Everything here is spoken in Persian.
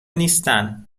نیستن